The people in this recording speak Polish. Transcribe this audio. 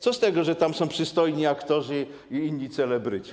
Co z tego, że tam są przystojni aktorzy i inni celebryci?